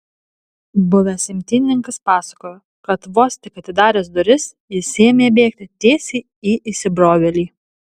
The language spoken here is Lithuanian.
buvęs imtynininkas pasakojo kad vos tik atidaręs duris jis ėmė bėgti tiesiai į įsibrovėlį